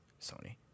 sony